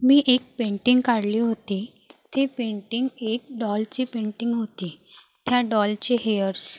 मी एक पेंटिंग काढली होती ती पेंटिंग एक डॉलची पेंटिंग होती त्या डॉलचे हेअर्स